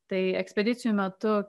tai ekspedicijų metu